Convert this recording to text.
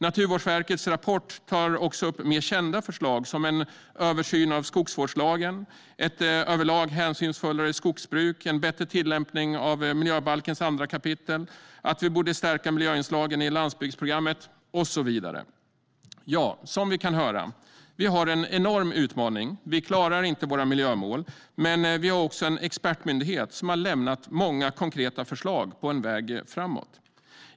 Naturvårdsverkets rapport tar också upp mer kända förslag som en översyn av skogsvårdslagen, ett överlag hänsynsfullare skogsbruk, en bättre tillämpning av miljöbalkens andra kapitel, att vi borde stärka miljöinslagen i landsbygdsprogrammet och så vidare. Ja, som vi kan höra har vi en enorm utmaning - vi klarar inte våra miljömål - men också en expertmyndighet som har lämnat många konkreta förslag på en väg framåt.